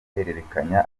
guhererekanya